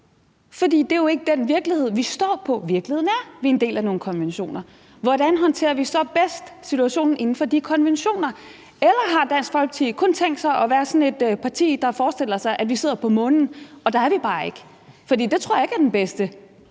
for det er jo ikke den virkelighed, vi er en del af. Virkeligheden er, at vi er en del af nogle konventioner. Hvordan håndterer vi så bedst situationen inden for de konventioner? Har Dansk Folkeparti tænkt sig kun at være sådan et parti, der forestiller sig, at vi sidder på månen? Der er vi bare ikke, og det tror jeg ikke er den bedste